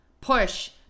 push